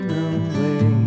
away